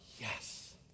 yes